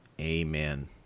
Amen